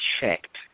checked